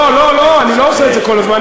לא לא, אני לא עושה את זה כל הזמן.